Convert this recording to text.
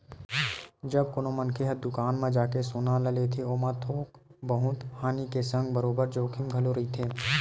जब कोनो मनखे ह दुकान म जाके सोना ल लेथे ओमा थोक बहुत हानि के संग बरोबर जोखिम घलो रहिथे